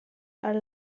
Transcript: are